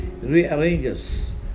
rearranges